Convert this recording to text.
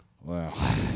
Wow